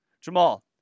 Jamal